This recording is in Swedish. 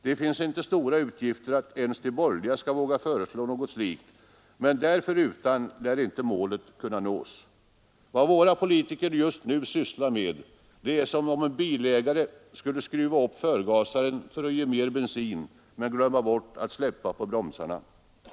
Det finns inte stora utsikter att ens de borgerliga skall våga föreslå något slikt, men där förutan lär inte målet kunna nås. Vad våra politiker just nu sysslar med är som om en bilägare skulle skruva upp förgasaren och ge mera bensin, men glömma bort att släppa på bromsarna.